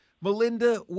Melinda